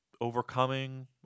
overcoming